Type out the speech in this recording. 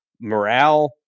morale